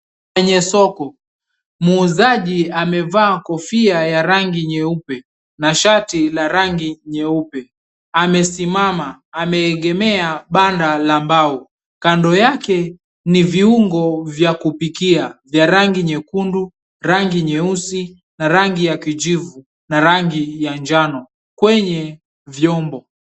Kwenye soko, muuzaji amevaa kofia ya rangi nyeupe na shati la rangi nyeupe, amesimama ameegemea banda la mbao. Kando yake ni viungo vya kupikia vya rangi nyekundu, rangi nyeusi na rangi ya kijivu na rangi ya njano kwenye vyombo.